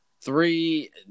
Three